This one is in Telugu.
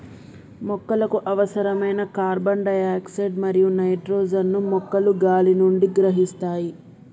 మొక్కలకు అవసరమైన కార్బన్ డై ఆక్సైడ్ మరియు నైట్రోజన్ ను మొక్కలు గాలి నుండి గ్రహిస్తాయి